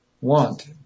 want